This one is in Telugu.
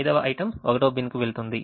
5వ item 1వ బిన్కు వెళుతుంది